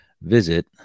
visit